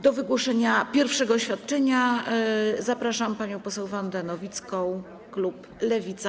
Do wygłoszenia pierwszego oświadczenia zapraszam panią poseł Wandę Nowicką, klub Lewica.